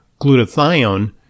glutathione